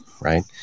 right